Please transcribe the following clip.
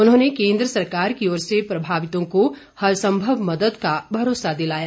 उन्होंने केन्द्र सरकार की ओर से प्रभावितों को हर संभव मदद का भरोसा दिलाया